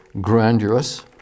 grandiose